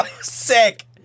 Sick